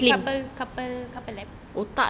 he said couple couple couple lab